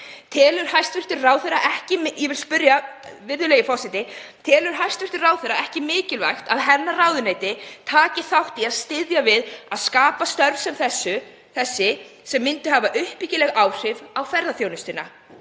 Telur hæstv. ráðherra ekki mikilvægt að ráðuneyti hennar taki þátt í að styðja við að skapa störf sem þessi sem myndu hafa uppbyggileg áhrif á ferðaþjónustuna